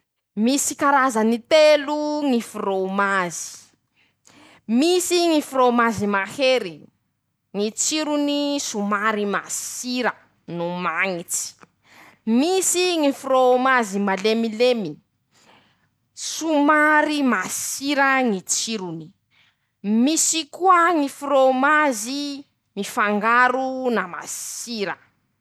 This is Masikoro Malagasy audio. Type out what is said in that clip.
Misy karazany telo ñy frômazy: -Misy ñy frômazy mahery. ñy tsirony somary masira no mañitsy. -Misy ñy frômazy malemilemy, somary masira ñy tsirony. -Misy koa ñy frômazy. mifangaro na masira.